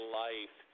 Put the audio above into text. life